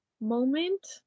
moment